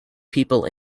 people